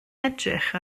edrych